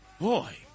Boy